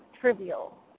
trivial